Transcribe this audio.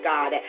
God